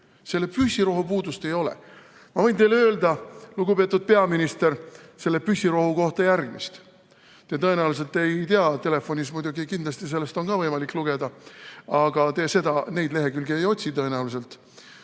Selle püssirohu puudust ei ole. Ma võin teile öelda, lugupeetud peaminister, selle püssirohu kohta järgmist. Te tõenäoliselt seda ei tea, kuigi telefonis kindlasti on sellest võimalik ka lugeda. Aga te neid lehekülgi ei otsi tõenäoliselt,